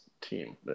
team